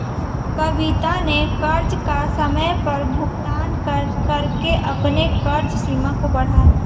कविता ने कर्ज का समय पर भुगतान करके अपने कर्ज सीमा को बढ़ाया